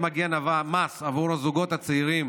את מדרגות המס עבור הזוגות הצעירים